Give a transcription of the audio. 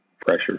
pressure